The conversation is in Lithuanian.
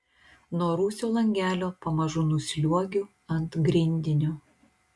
nuo rūsio langelio pamažu nusliuogiu ant grindinio